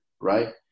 right